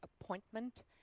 appointment